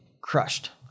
crushed